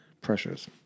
pressures